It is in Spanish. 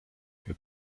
que